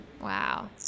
Wow